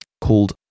called